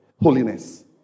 holiness